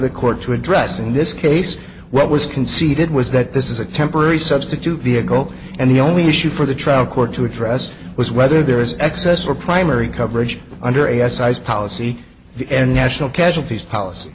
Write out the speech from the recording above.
the court to address in this case what was conceded was that this is a temporary substitute vehicle and the only issue for the trial court to address was whether there is access for primary coverage under a s i s policy the end national casualties policy